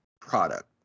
product